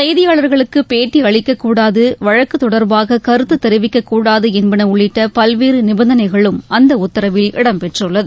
செய்தியாளர்களுக்கு பேட்டி அளிக்கக்கூடாது வழக்கு தொடர்பாக கருத்து தெரிவிக்கக்கூடாது என்பன உள்ளிட்ட பல்வேறு நிபந்தனைகளும் அந்த உத்தரவில் இடம்பெற்றுள்ளது